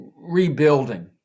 rebuilding